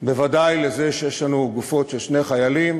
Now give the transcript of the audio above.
בוודאי לזה שיש לנו גופות של שני חיילים